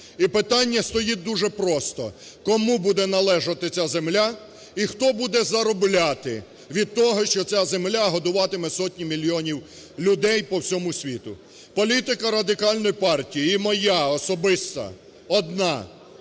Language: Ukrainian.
І питання стоїть дуже просто: кому буде належати ця земля і хто буде заробляти від того, що ця земля годуватиме сотні мільйонів людей по всьому світу? Політика Радикальної партії і моя особиста одна: